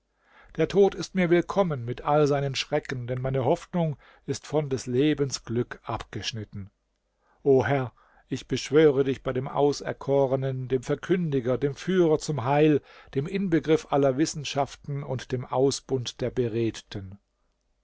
der tod ist mir willkommen mit allen seinen schrecken denn meine hoffnung ist von des lebens glück abgeschnitten o herr ich beschwöre dich bei dem auserkorenen dem verkündiger dem führer zum heil dem inbegriff aller wissenschaften und dem ausbund der beredten